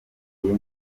ngira